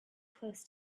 close